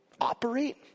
operate